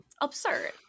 Absurd